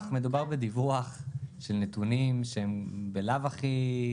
מדובר בדיווח של נתונים שהם בלאו הכי,